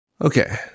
Okay